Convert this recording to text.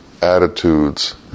attitudes